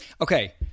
Okay